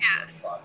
Yes